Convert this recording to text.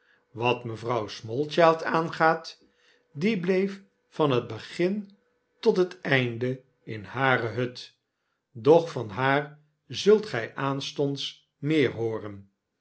wat mevrouw smallchild aangaat die bleef van het begin tot het einde in hare hut doch van haar zult gij aanstonds meer hooren